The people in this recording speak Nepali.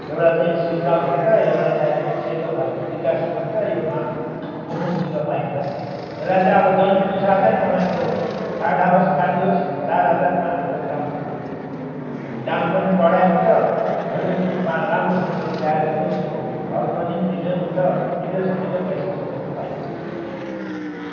एउटा चाहिँ सिङ्गल भन्छ एउटा चाहिँ अहिले सेतो खाल्को बिकासी भन्छ यो मा पुबुङतिर पाइन्छ यसलाई चाहिँ अब जन्मिनु साथै तपाईँको पाठा होस् पाठी होस् चार हजार पाँच हजार दाम भन्छ अनि दाम पनि कडै हुन्छ भोलि पर्सी पा राम्रोसँगले स्याहाऱ्यो भने उसको फल पनि मिठै हुन्छ मिठैसँगले पैसा समाउनु पाइन्छ